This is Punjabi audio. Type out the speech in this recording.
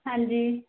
ਹਾਂਜੀ